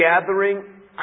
gathering